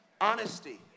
honesty